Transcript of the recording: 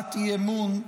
הצעת אי-אמון,